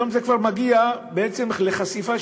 היום זה כבר מגיע בעצם לחשיפה,